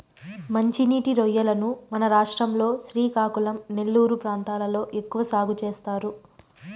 మంచి నీటి రొయ్యలను మన రాష్ట్రం లో శ్రీకాకుళం, నెల్లూరు ప్రాంతాలలో ఎక్కువ సాగు చేస్తారు